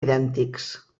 idèntics